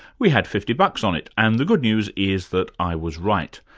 we had fifty bucks on it, and the good news is that i was right,